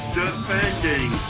defending